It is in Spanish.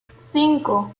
cinco